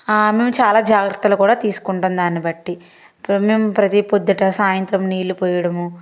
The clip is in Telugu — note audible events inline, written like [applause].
మేము చాలా జాగ్రత్తలు కూడా తీసుకుంటాం దాని బట్టి [unintelligible] ప్రతీ పొద్దుట సాయంత్రం నీళ్లు పొయ్యటము